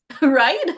Right